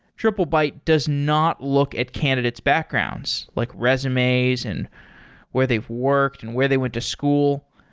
triplebyte does not look at candidate's backgrounds, like resumes and where they've worked and where they went to school.